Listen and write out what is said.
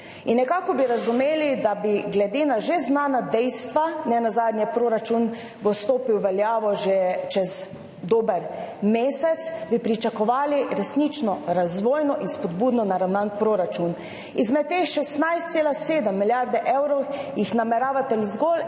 Nekako bi razumeli, da bi glede na že znana dejstva, nenazadnje proračun bo stopil v veljavo že čez dober mesec in bi pričakovali resnično razvojno in spodbudno naravnan proračun. Izmed teh 16,7 milijarde evrov jih nameravate zgolj